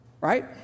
right